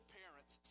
parents